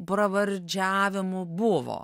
pravardžiavimų buvo